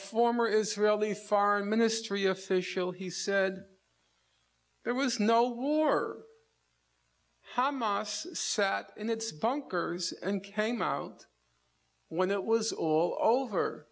former israeli foreign ministry official he said there was no war hamas sat in its bunkers and came out when it was all over